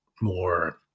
more